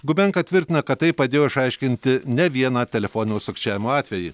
gubenka tvirtina kad tai padėjo išaiškinti ne vieną telefoninio sukčiavimo atvejį